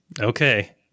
Okay